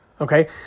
okay